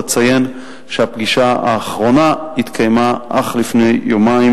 אציין שהפגישה האחרונה התקיימה אך לפני יומיים,